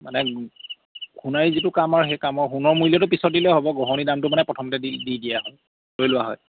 মানে সোণাৰীৰ যিটো কাম আৰু সেই কামৰ সোণৰ মূল্যটো পিছত দিলেও হ'ব গঢ়নিৰ দামটো মানে প্ৰথমতে দি দিয়া হয় লৈ লোৱা হয়